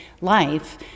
life